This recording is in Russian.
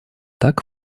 так